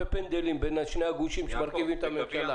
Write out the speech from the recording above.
בפנדלים בין שני הגושים שמרכיבים את הממשלה.